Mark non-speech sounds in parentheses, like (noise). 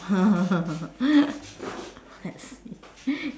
(laughs) let's see